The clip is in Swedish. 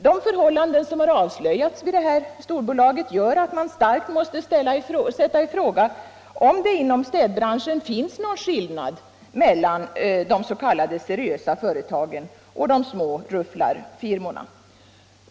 De förhållanden som avslöjats vid detta storbolag gör att man starkt måste sätta i fråga om det inom städbranschen finns någon skillnad mellan dess.k. seriösa företagen och de små rufflarfirmorna.